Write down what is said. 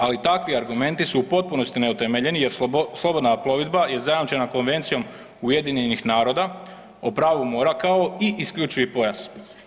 Ali takvi argumenti su u potpunosti neutemeljeni jer slobodna je plovidba zajamčena Konvencijom UN-a o pravu mora kao i isključivi pojas.